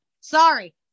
sorry